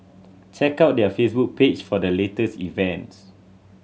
check out their Facebook page for the latest events